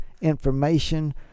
information